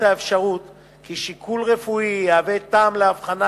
האפשרות כי שיקול רפואי יהווה טעם להבחנה,